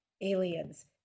Aliens